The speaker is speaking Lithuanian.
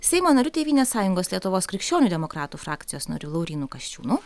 seimo nariu tėvynės sąjungos lietuvos krikščionių demokratų frakcijos nariu laurynu kasčiūnu